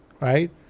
right